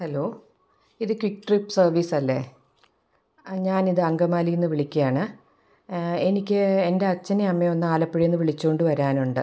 hello ഇത് quick trip സർവീസല്ലേ ആ ഞാനിത് അങ്കമാലീന്ന് വിളിക്കാണ് എനിക്ക് എൻ്റെ അച്ഛനെ അമ്മയൊന്ന് ആലപ്പുഴേന്ന് വിളിച്ചോണ്ട് വരാനുണ്ട്